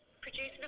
Producing